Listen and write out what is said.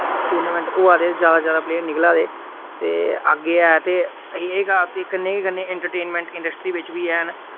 tournament होआ दे ज्यादा ज्यादा प्लेयर निकला दे ते अग्गै ऐ ते एह् हां ते कन्नै गै कन्नै एंटरटेनमेंट इंडस्ट्री बिच बी हैन